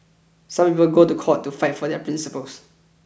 some people go to court to fight for their principles